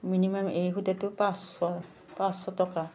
minimum এই সূতাটো পাঁচশ পাঁচশ টকা